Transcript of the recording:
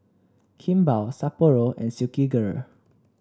Kimball Sapporo and Silkygirl